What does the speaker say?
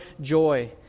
joy